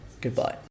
Goodbye